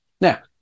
Now